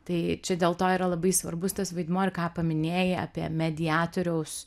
tai čia dėl to yra labai svarbus tas vaidmuo ir ką paminėjai apie mediatoriaus